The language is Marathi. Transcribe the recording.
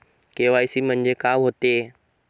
के.वाय.सी म्हंनजे का होते?